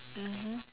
mmhmm